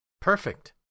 Perfect